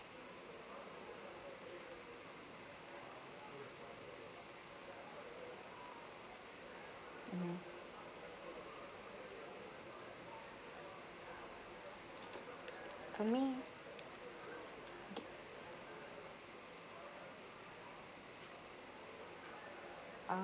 mmhmm for me